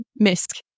Misk